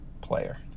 player